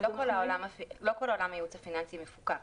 לא כל עולם הייעוץ הפיננסי מפוקח,